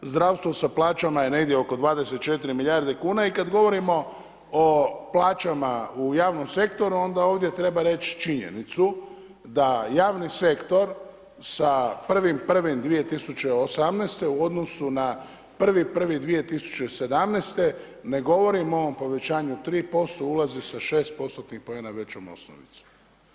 Zdravstvo sa plaćama je negdje oko 24 milijarde kuna i kada govorimo o plaćama u javnom sektoru onda ovdje treba reći činjenicu da javni sektor sa 1.1.2018. u odnosu na 1.1.2017. ne govorimo o povećanju 3% ulazi sa 6%-tni poena većom osnovicom.